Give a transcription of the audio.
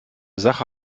sache